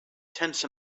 tense